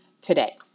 today